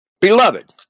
Beloved